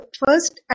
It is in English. first